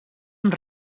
amb